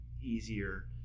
easier